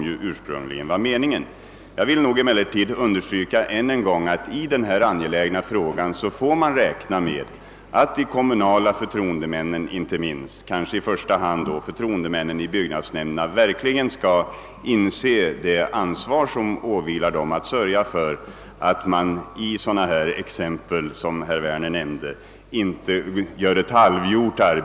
Jag vill än en gång understryka, att man i denna angelägna fråga får räkna med att de kommunala förtroendemännen, i första hand förtroendemännen i byggnadsnämnderna, skall förstå det ansvar som åvilar dem, så att man inte där presterar ett halvgjort arbete med sådana anordningar som herr Werner här nämnde om.